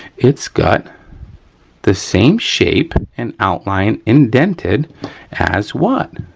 it's got the same shape and outline indented as what?